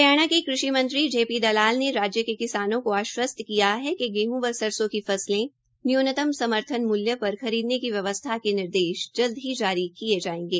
हरियाणा के कृषि मंत्री जे पी दलाल ने राज्य के किसानों को आश्वस्त किया है कि गेहं व सरसों की फसलें न्यूनतम समर्थन मूल्य पर खरीदने की व्यवस्था के निर्देश जल्द ही जारी कर दिए जाएंगे